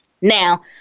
Now